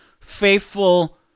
faithful